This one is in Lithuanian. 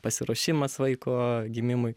pasiruošimas vaiko gimimui